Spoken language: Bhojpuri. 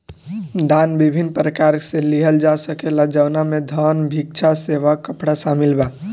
दान विभिन्न प्रकार से लिहल जा सकेला जवना में धन, भिक्षा, सेवा, कपड़ा शामिल बा